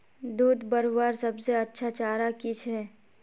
दूध बढ़वार सबसे अच्छा चारा की छे?